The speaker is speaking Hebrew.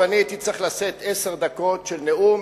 ואני הייתי צריך לשאת עשר דקות של נאום,